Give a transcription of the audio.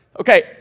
Okay